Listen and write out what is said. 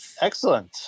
Excellent